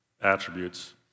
attributes